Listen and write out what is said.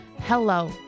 Hello